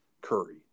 Curry